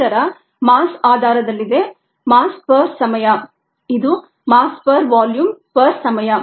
ಈ ದರ ಮಾಸ್ ಆಧಾರದಲ್ಲಿದೆ ಮಾಸ್ ಪರ್ ಸಮಯ ಇದು ಮಾಸ್ ಪರ್ ವಾಲ್ಯೂಮ್ ಪರ್ ಸಮಯ